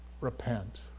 repent